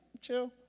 chill